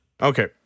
Okay